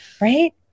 Right